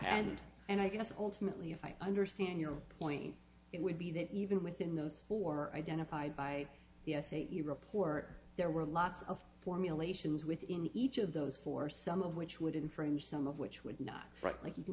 and and i guess ultimately if i understand your point it would be that even within those who are identified by the state you report there were lots of formulations within each of those four some of which would infringe some of which would not write like you